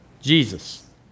Jesus